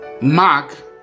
Mark